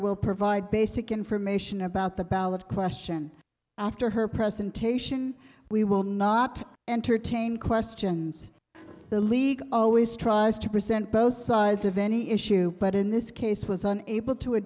will provide basic information about the ballot question after her presentation we will not entertain questions the league always tries to present both sides of any issue but in this case was an able to